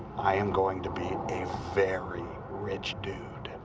i'm going to be a very rich dude.